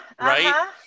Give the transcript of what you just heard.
right